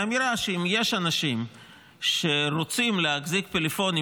מהאמירה שאם יש אנשים שרוצים להחזיק פלאפונים